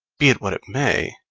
be it what it may,